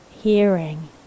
hearing